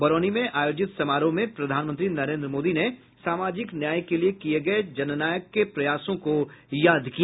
बरौनी में आयोजित समारोह में प्रधानमंत्री नरेन्द्र मोदी ने सामाजिक न्याय के लिए किये गये जननायक के प्रयासों को याद किया